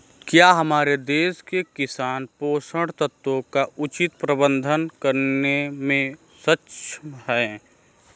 क्या हमारे देश के किसान पोषक तत्वों का उचित प्रबंधन करने में सक्षम हैं?